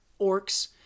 orcs